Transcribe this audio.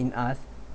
in us